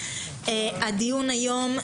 על סדר-היום: